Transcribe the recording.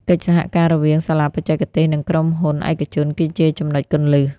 កិច្ចសហការរវាងសាលាបច្ចេកទេស និងក្រុមហ៊ុនឯកជនគឺជាចំណុចគន្លឹះ។